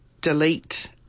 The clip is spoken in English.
delete